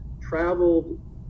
traveled